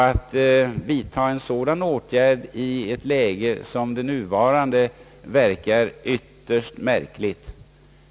Att vidtaga en sådan åtgärd i ett läge sådant som det nuvarande verkar ytterst märkligt.